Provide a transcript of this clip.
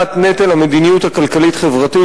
הכבדת נטל המדיניות הכלכלית-חברתית,